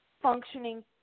functioning